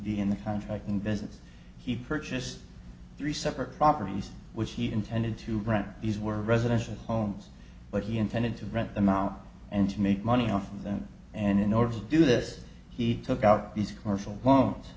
be in the country in business he purchased three separate properties which he intended to rent these were residential homes but he intended to rent them out and to make money off of them and in order to do this he took out these commercial loans